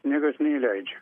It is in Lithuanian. niekas neįleidžia